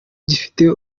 gifite